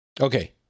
Okay